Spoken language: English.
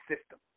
system